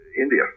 India